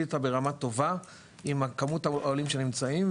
איתה ברמה טובה עם כמות העולים שנמצאים,